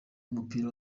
w’umupira